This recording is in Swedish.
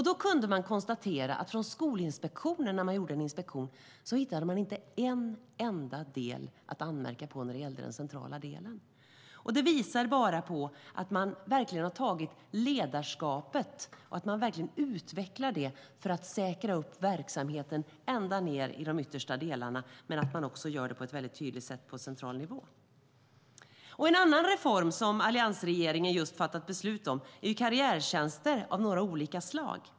Då kunde man konstatera att när Skolinspektionen gjorde en inspektion så hittade man inte något enda att anmärka på i den centrala delen. Det visar på att man verkligen har tagit tag i ledarskapet och utvecklar det för att säkra upp verksamheten ända ned i de yttersta delarna och att man också gör det på ett väldigt tydligt sätt på central nivå. En annan reform som alliansregeringen just har fattat beslut om är karriärtjänster av olika slag.